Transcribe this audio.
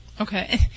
Okay